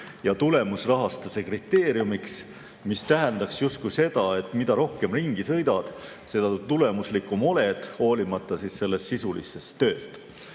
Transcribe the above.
ja tulemusrahastuse kriteeriumiks, mis tähendaks justkui seda, et mida rohkem ringi sõidad, seda tulemuslikum oled, hoolimata sisulisest tööst.